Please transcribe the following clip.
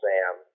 Sam